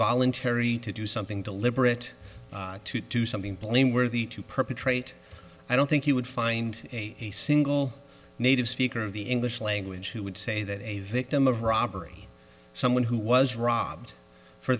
voluntary to do something deliberate to do something blameworthy to perpetrate i don't think you would find a single native speaker of the english language who would say that a victim of robbery someone who was robbed for